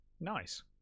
Nice